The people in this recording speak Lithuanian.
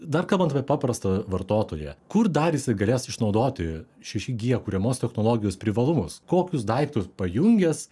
dar kalbant apie paprastą vartotoją kur dar jisai galės išnaudoti šeši gie kuriamos technologijos privalumus kokius daiktus pajungęs